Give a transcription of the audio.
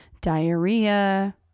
diarrhea